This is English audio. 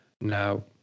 Now